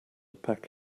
pack